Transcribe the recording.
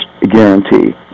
guarantee